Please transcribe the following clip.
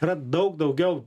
yra daug daugiau